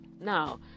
Now